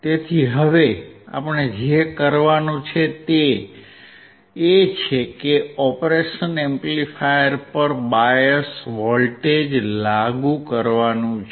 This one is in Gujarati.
તેથી હવે પહેલા આપણે જે કરવાનું છે તે એ છે કે ઓપરેશન એમ્પ્લીફાયર પર બાયસ વોલ્ટેજ લાગુ કરવાનું છે